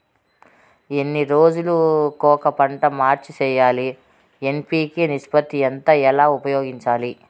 ఎన్ని రోజులు కొక పంట మార్చి సేయాలి ఎన్.పి.కె నిష్పత్తి ఎంత ఎలా ఉపయోగించాలి?